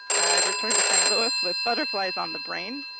returned to st. louis with butterflies on the brain.